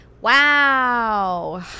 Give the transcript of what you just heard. Wow